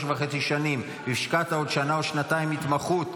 וחצי שנים והשקעת עוד שנה או שנתיים בהתמחות,